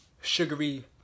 sugary